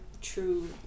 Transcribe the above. true